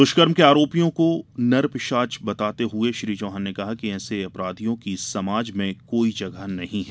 दुष्कर्म के आरोपियों को नरपिशाच बताते हुए श्री चौहान ने कहा कि ऐसे अपराधियों की समाज में कोई जगह नही हैं